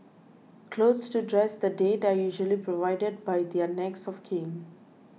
clothes to dress the dead are usually provided by their next of kin